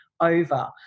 over